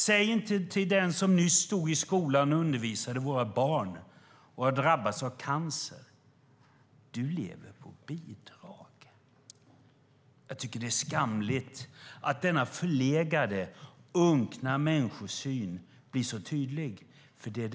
Säg inte till den som nyss stod i skolan och undervisade våra barn och har drabbats av cancer: Du lever på bidrag! Det är skamligt att denna förlegade unkna människosyn blir så tydlig. Det är vad frågan handlar om.